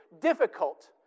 difficult